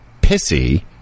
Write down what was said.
pissy